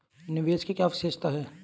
निवेश की क्या विशेषता है?